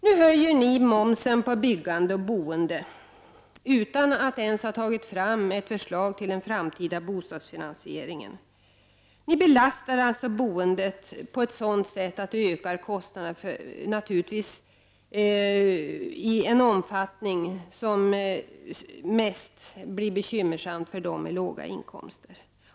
Nu höjer ni momsen på byggandet och boendet utan att ens ha tagit fram ett förslag till den framtida bostadsfinansieringen. Ni belastar boendet på ett sådant sätt att det ökar kostnaderna i en omfattning som mest blir bekymmersam för dem med låga inkomster.